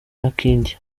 makindye